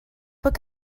bod